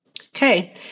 Okay